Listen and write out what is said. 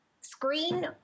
screen